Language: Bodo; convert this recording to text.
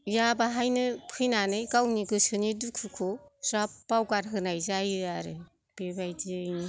या बाहायनो फैनानै गावनि गोसोनि दुखुखौ ज्राब बावगार होनाय जायो आरो बेबायदियैनो